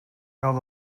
held